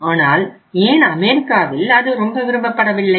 ஆனால் ஏன் அமெரிக்காவில் அது ரொம்ப விரும்பப்படவில்லை